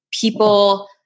people